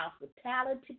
hospitality